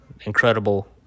incredible